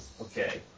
Okay